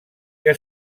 que